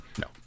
No